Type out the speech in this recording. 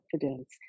confidence